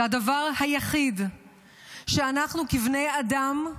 זה הדבר היחיד שאנחנו כבני אדם,